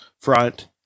front